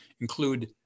include